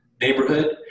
neighborhood